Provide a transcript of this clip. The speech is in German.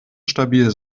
stabil